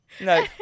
No